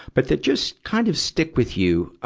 but that just kind of stick with you,